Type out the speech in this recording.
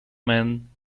man